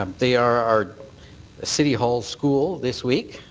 um they are our city hall school this week,